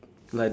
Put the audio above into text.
like